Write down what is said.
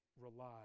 rely